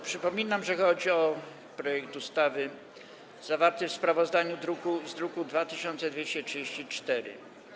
Przypominam, że chodzi o projekt ustawy zawarty w sprawozdaniu z druku nr 2234.